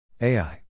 AI